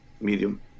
medium